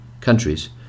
countries